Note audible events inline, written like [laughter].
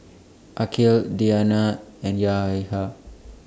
Aqil Diyana and [unintelligible]